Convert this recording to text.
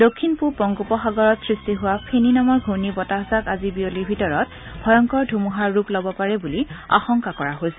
দক্ষিণ পূব বংগপো সাগৰত সৃষ্টি হোৱা ফেনী নামৰ ঘূৰ্ণী বতাহজাক আজি বিয়লিৰ ভিতৰত ভয়ংকৰ ধুমুহাৰ ৰূপ ল'ব পাৰে বুলি আশংকা কৰা হৈছে